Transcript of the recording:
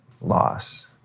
loss